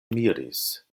miris